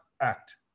act